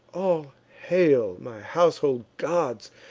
all hail, my household gods!